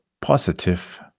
positive